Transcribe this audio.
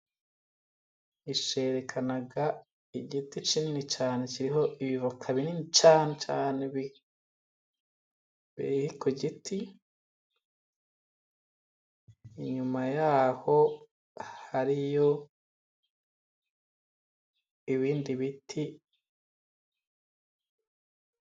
Ishusho yerekana igiti kinini cyane kiriho ibivoka binini cyane cyane biri ku giti, inyuma yaho hariyo ibindi biti.